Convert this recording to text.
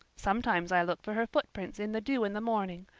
sometimes i look for her footprints in the dew in the morning.